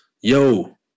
yo